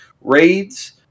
raids